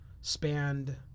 spanned